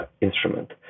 instrument